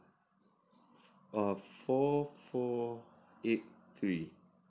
err four four eight three